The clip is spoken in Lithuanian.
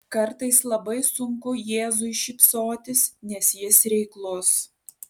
kartais labai sunku jėzui šypsotis nes jis reiklus